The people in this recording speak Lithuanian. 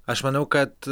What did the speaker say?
aš manau kad